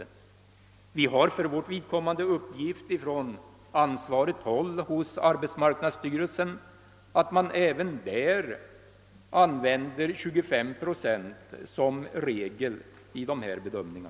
Enligt uppgift från ansvarigt håll inom arbetsmarknadsstyrelsen använder man även där 25-procentsregeln vid dessa bedömningar.